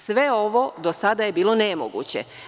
Sve ovo do sada je bilo nemoguće.